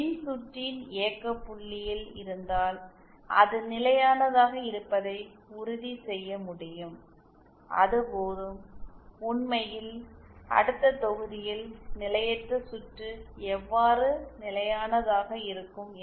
மின்சுற்று இயக்க புள்ளியில் இருந்தால் அது நிலையானதாக இருப்பதை உறுதிசெய்ய முடியும் அது போதும் உண்மையில் அடுத்த தொகுதியில் நிலையற்ற சுற்று எவ்வாறு நிலையானதாக இருக்கும் என்பதை நாம் விவாதிப்போம்